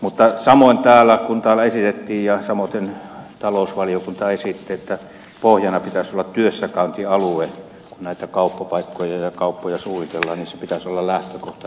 mutta samoin kuin täällä esitettiin ja talousvaliokunta esitti että pohjana pitäisi olla työssäkäyntialue kun näitä kauppapaikkoja ja kauppoja suunnitellaan niin sen pitäisi olla lähtökohtana eikä kuntien